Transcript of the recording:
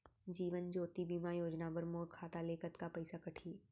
जीवन ज्योति बीमा योजना बर मोर खाता ले कतका पइसा कटही?